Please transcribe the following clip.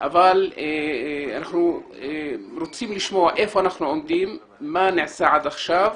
אבל אנחנו רוצים לשמוע היכן אנחנו עומדים ומה נעשה עד עכשיו.